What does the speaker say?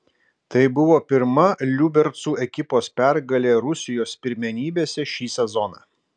tai buvo pirma liubercų ekipos pergalė rusijos pirmenybėse šį sezoną